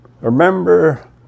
remember